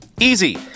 Easy